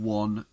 one